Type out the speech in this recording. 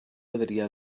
adrià